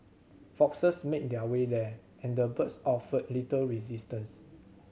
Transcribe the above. foxes made their way there and the birds offered little resistance